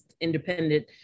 Independent